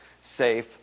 safe